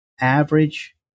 average